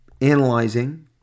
analyzing